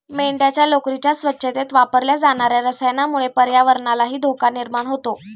मेंढ्यांच्या लोकरीच्या स्वच्छतेत वापरल्या जाणार्या रसायनामुळे पर्यावरणालाही धोका निर्माण होतो